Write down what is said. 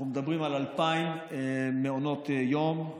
אנחנו מדברים על 2,000 מעונות יום,